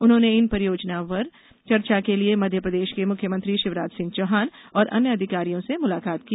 उन्होंने इन परियोजना पर चर्चा के लिए मध्यप्रदेश के मुख्यमंत्री शिवराज सिंह चौहान और अन्य अधिकारियों से मुलाकात की